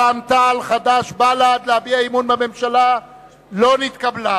רע"ם-תע"ל ובל"ד להביע אי-אמון בממשלה לא נתקבלה.